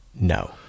No